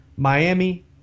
Miami